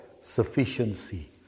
sufficiency